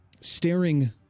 staring